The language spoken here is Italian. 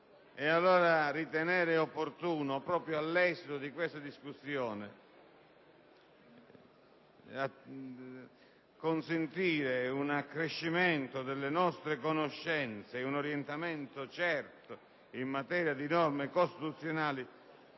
Allora ritenere opportuno, proprio all'esito di questa discussione, di consentire un accrescimento delle nostre conoscenze ed un orientamento certo in materia di norme costituzionali